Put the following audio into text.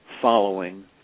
following